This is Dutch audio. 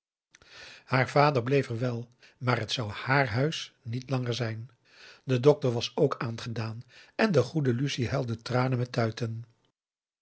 haar vader bleef er wel maar t zou h a a r huis niet langer zijn de dokter was ook aangedaan en de goede lucie huilde tranen met tuiten